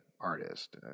artist